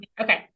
Okay